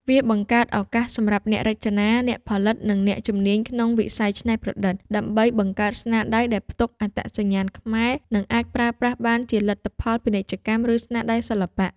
វាបង្កើតឱកាសសម្រាប់អ្នករចនា អ្នកផលិត និងអ្នកជំនាញក្នុងវិស័យច្នៃប្រឌិត ដើម្បីបង្កើតស្នាដៃដែលផ្ទុកអត្តសញ្ញាណខ្មែរ និងអាចប្រើប្រាស់បានជាលទ្ធផលពាណិជ្ជកម្ម ឬស្នាដៃសិល្បៈ។